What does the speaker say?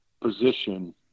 position